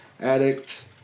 Addict